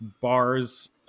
bars